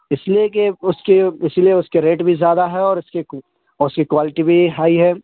اس لیے کہ اس کی اسی لیے اس کے ریٹ بھی زیادہ ہے اور اس کی اور اس کی کوائلٹی بھی ہائی ہے